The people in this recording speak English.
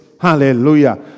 Hallelujah